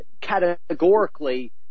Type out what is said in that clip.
categorically –